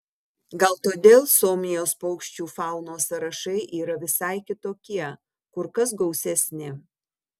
gal todėl suomijos paukščių faunos sąrašai yra visai kitokie kur kas gausesni